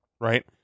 right